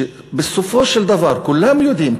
שבסופו של דבר כולם יודעים,